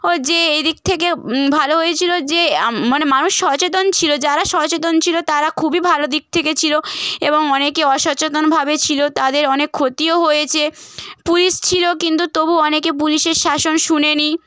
ও যে এইদিক থেকে ভালো হয়েছিল যে মানে মানুষ সচেতন ছিল যারা সচেতন ছিল তারা খুবই ভালো দিক থেকে ছিল এবং অনেকে অসচেতনভাবে ছিল তাদের অনেক ক্ষতিও হয়েছে পুলিশ ছিল কিন্তু তবু অনেকে পুলিশের শাসন শোনেনি